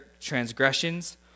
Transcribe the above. transgressions